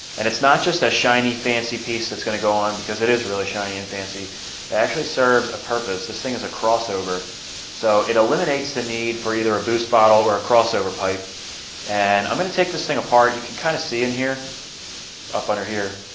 and it's not just a shiny fancy piece that's going to go on because it is really shiny and fancy. it actually serves a purpose this thing is a crossover so it eliminates the need for either a boost bottle or a crossover pipe and i'm gonna take this thing apart. you can kind of see in here up under here.